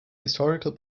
historical